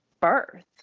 birth